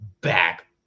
back